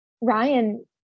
Ryan